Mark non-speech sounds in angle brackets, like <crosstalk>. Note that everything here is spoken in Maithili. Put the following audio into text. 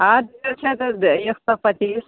<unintelligible> छै तऽ एक सए पचीस